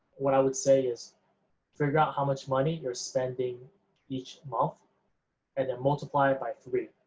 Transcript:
what i would say is figure out how much money you're spending each month and then multiply it by three,